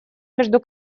между